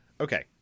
okay